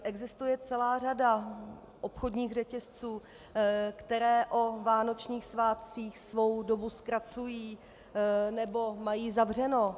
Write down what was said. Existuje celá řada obchodních řetězců, které o vánočních svátcích svou dobu zkracují nebo mají zavřeno.